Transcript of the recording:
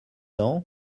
ans